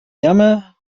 jammer